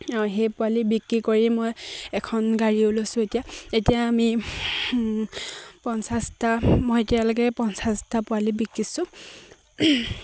সেই পোৱালি বিক্ৰী কৰি মই এখন গাড়ীও লৈছোঁ এতিয়া এতিয়া আমি পঞ্চাছটা মই এতিয়ালৈকে পঞ্চাছটা পোৱালি বিকিছোঁ